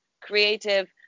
creative